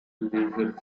leisure